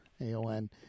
A-O-N